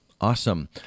Awesome